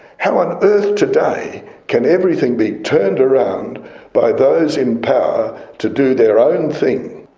how on earth today can everything be turned around by those in power to do their own thing?